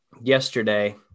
yesterday